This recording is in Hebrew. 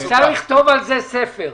אפשר לכתוב על זה ספר.